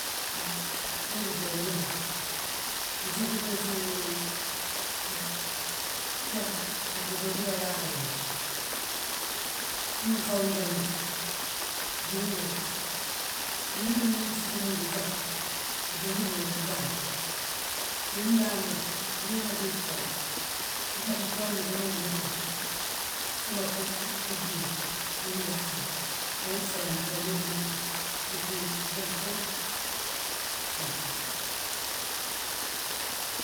Ebunjá bañaan uncí kënkësu fëlan ujá bí këndoo bí kanláara bunk awunká unjanbu këjúŋ wël. Mëlik mí mënţíij mun uncak kënjeej mul kadáan. Bí mëndáan munk uwína ţí itoon, unjá mëntooni këwín mënlëţan. Suma kom pëjíir bí mëndáan mun. Etoon, itoon ijí ilëţan ucí ifáacal feer.